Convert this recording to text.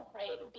right